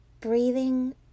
Breathing